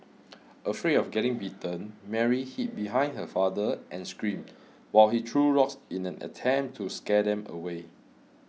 afraid of getting bitten Mary hid behind her father and screamed while he threw rocks in an attempt to scare them away